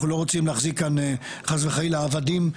אנחנו לא רוצים להחזיק כאן חס וחלילה עבדים,